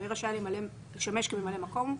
הוא יהיה רשאי לשמש כממלא מקום,